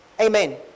amen